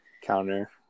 Counter